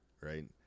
Right